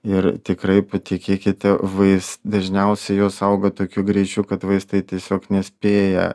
ir tikrai patikėkite vais dažniausiai jos auga tokiu greičiu kad vaistai tiesiog nespėja